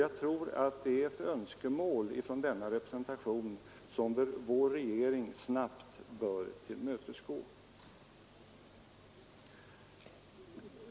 Jag tror att det är ett önskemål från denna representation, som vår regering snabbt bör tillmötesgå.